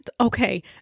Okay